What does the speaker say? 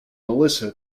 melissa